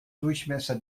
durchmesser